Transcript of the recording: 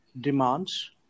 demands